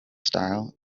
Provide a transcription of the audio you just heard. style